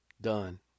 done